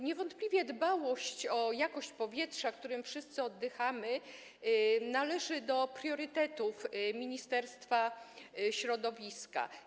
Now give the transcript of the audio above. Niewątpliwie dbałość o jakość powietrza, którym wszyscy oddychamy, należy do priorytetów Ministerstwa Środowiska.